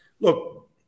look